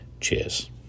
Cheers